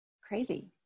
crazy